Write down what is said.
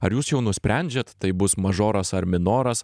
ar jūs jau nusprendžiat tai bus mažoras ar minoras